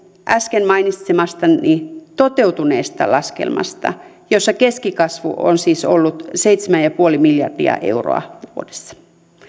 äsken mainitsemastani toteutuneesta laskelmasta jossa keskikasvu on siis ollut seitsemän pilkku viisi miljardia euroa vuodessa